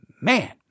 man